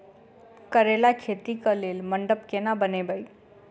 करेला खेती कऽ लेल मंडप केना बनैबे?